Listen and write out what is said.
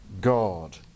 God